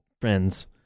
friends